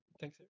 Thanks